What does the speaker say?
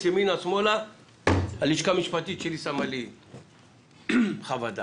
ימינה או שמאלה הלשכה המשפטית שלי שמה לי חוות דעת.